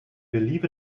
believe